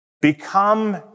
become